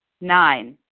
Nine